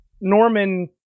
norman